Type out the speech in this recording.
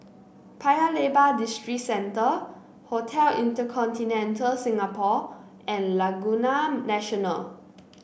Paya Lebar Districentre Hotel InterContinental Singapore and Laguna National